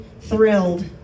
thrilled